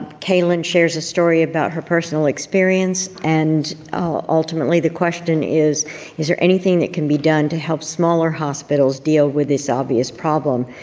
kaylin shares a story about her personal experience and ultimately the question is is there anything that can be done to help smaller hospitals deal with this obvious problem?